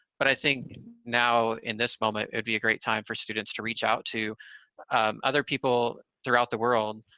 but i think now, in this moment, it'd be a great time for students to reach out to other people throughout the world,